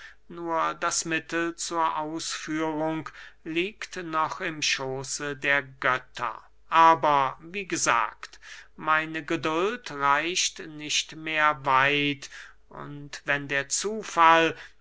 nur das mittel zur ausführung liegt noch im schooße der götter aber wie gesagt meine geduld reicht nicht mehr weit und wenn der zufall